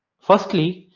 firstly,